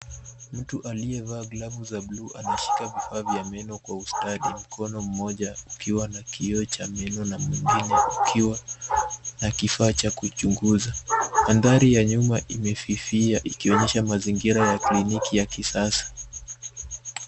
Mtu aliyevaa vazi la bluu anashika vifaa vya meno kwa ustadi mkono mmoja ukiwa na kioo cha meno na mwingine ukiwa na kifaa cha kuchunguza. Mandhari ya nyumba imefifia ikionyesha mazingira ya kliniki ya kisasa.